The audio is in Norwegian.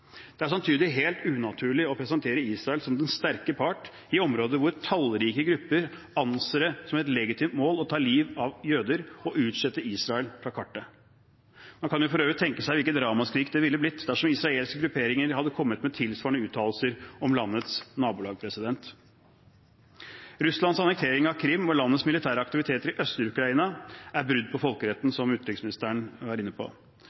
Det er samtidig helt unaturlig å presentere Israel som den sterke part i områder hvor tallrike grupper anser det som et legitimt mål å ta liv av jøder og utslette Israel fra kartet. Man kan for øvrig tenke seg hvilket ramaskrik det ville blitt dersom israelske grupperinger hadde kommet med tilsvarende uttalelser om landets nabolag. Russlands annektering av Krim og landets militære aktiviteter i Øst-Ukraina er brudd på folkeretten, som utenriksministeren var inne på.